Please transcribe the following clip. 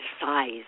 size